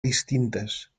distintes